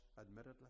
admittedly